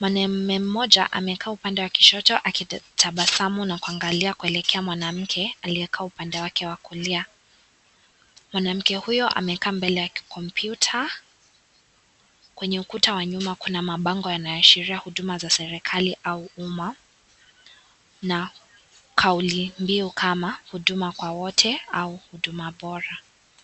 Mwanaume mmoja amekaa upande wa kushoto akitabasamu na kuangalia kuelekea mwanamke aliyekaa upande wake wa kulia. Mwanamke huyo amekaa mbele ya kompyuta. Kwenye ukuta wa nyuma kuna mabango yanaashiria huduma za serikali au umma na kauli mbiu kama "Huduma kwa wote" au " Huduma Bora".